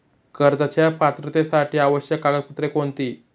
कर्जाच्या पात्रतेसाठी आवश्यक कागदपत्रे कोणती?